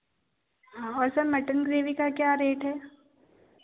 हाँ सर और mutton gravy का क्या रेट है